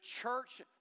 church